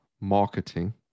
marketing